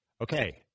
Okay